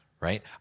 Right